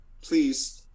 please